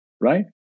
right